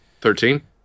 Thirteen